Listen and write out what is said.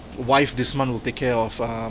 wife this month will take care of uh